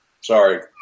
Sorry